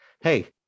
Hey